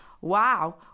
Wow